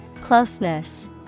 Closeness